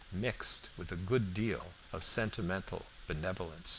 mixed with a good deal of sentimental benevolence